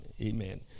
Amen